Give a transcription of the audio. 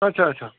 اچھا اچھا